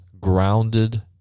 grounded